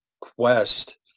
quest